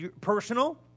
personal